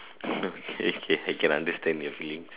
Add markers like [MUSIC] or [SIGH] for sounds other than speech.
[LAUGHS] okay okay I can understand your feelings